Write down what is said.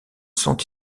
sont